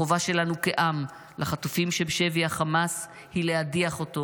החובה שלנו כעם לחטופים שבשבי החמאס היא להדיח אותו